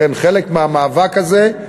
לכן חלק מהמאבק הזה,